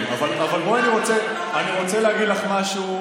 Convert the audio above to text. אני רוצה להגיד לך משהו.